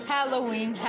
Halloween